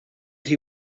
that